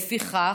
לפיכך,